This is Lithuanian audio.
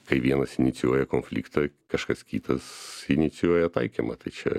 kai vienas inicijuoja konfliktą kažkas kitas inicijuoja taikymą tai čia